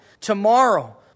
Tomorrow